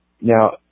Now